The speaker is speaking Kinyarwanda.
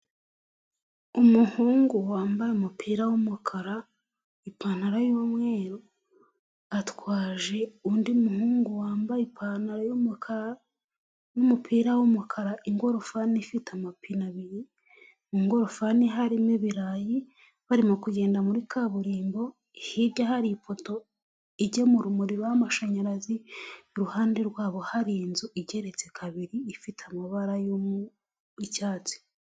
Umuhungu wambaye umupira wumukara, ipantaro y'umweru, atwaje undi muhungu wambaye ipantaro y'umukara n'umupira w'umukara, ingorofani ifite amapine abiri. Mu ngorofani harimo ibirayi barimo kugenda muri kaburimbo hirya hari ipoto ijyemura urumuri rw'amashanyarazi, iruhande rwabo hari inzu igeretse kabiri ifite amabara y'icyatsi.